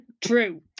true